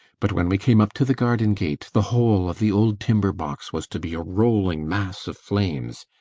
but when we came up to the garden gate, the whole of the old timber-box was to be a rolling mass of flames